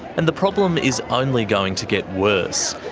and the problem is only going to get worse.